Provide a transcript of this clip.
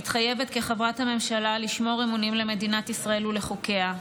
מתחייבת כחברת הממשלה לשמור אמונים למדינת ישראל ולחוקיה,